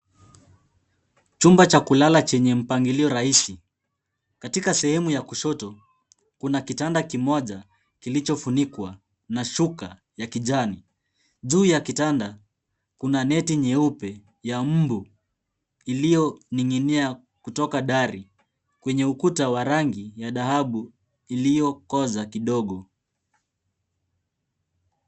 Chumba cha kulala chenye mpangilio rahisi. Katika sehemu ya kushoto kuna kitanda kimoja kilichofunikwa na shuka ya kijani. Juu ya kitanda kuna neti nyeupe ya mbu iliyoning'inia kutoka dari kwenye ukuta wa rangi ya dhahabu iliyokoza kidogo.